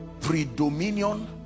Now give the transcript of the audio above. pre-dominion